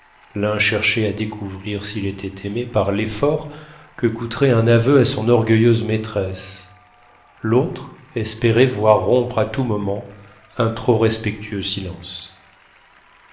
l'un cherchait à découvrir s'il était aimé par l'effort que coûterait un aveu à son orgueilleuse maîtresse l'autre espérait voir rompre à tout moment un trop respectueux silence